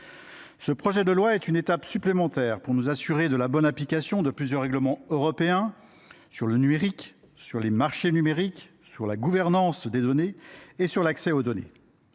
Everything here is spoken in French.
Ce projet de loi est une étape supplémentaire pour nous assurer de la bonne application de plusieurs règlements européens sur le numérique, sur les marchés numériques, sur la gouvernance des données et sur l’accès aux données.